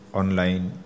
online